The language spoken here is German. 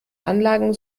anlagen